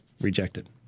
rejected